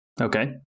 Okay